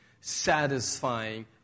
satisfying